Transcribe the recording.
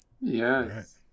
Yes